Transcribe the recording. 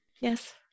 Yes